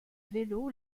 vélo